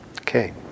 Okay